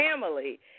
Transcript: family